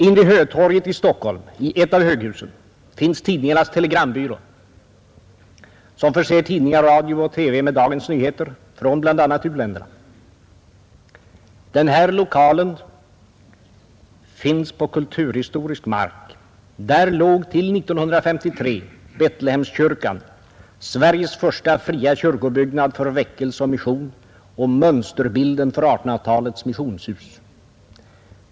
Invid Hötorget i Stockholm, i ett av höghusen, finns Tidningarnas telegrambyrå, som förser tidningar, radio och TV med dagens nyheter från bl.a. u-länderna. Den finns på kulturhistorisk mark. Där låg nämligen till 1953 Betlehemskyrkan, Sveriges första fria kyrkobyggnad för väckelse och mission och mönsterbilden för 1800—talets missionshus.